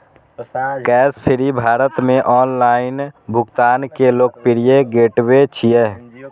Cashfree Bharat मे online भुगतान के लोकप्रिय गेटवे छियै